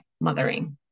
mothering